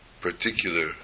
particular